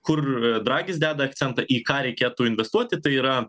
kur dragis deda akcentą į ką reikėtų investuoti tai yra